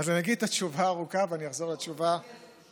אז אני אגיד את התשובה הארוכה ואני אחזור לתשובה הקצרה.